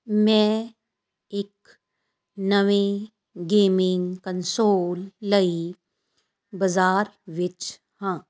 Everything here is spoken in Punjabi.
ਮੈਂ ਇੱਕ ਨਵੀਂ ਗੇਮਿੰਗ ਕੰਸੋਲ ਲਈ ਬਜਾਰ ਵਿੱਚ ਹਾਂ